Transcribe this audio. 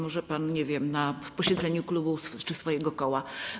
To może pan, nie wiem, na posiedzeniu klubu czy swojego koła.